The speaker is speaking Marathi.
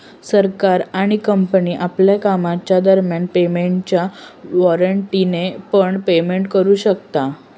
सरकार आणि कंपनी आपल्या कामाच्या दरम्यान पेमेंटच्या वॉरेंटने पण पेमेंट करू शकता